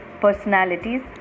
personalities